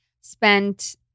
spent